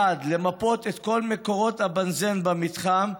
1. למפות את כל מקורות הבנזן במתחם,